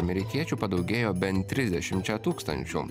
amerikiečių padaugėjo bent trisdešimčia tūkstančių